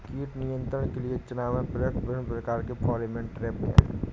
कीट नियंत्रण के लिए चना में प्रयुक्त विभिन्न प्रकार के फेरोमोन ट्रैप क्या है?